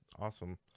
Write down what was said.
awesome